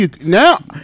now